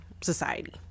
society